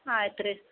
ಆಯ್ತು ರೀ